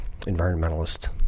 environmentalist